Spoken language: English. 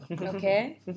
okay